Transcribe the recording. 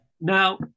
Now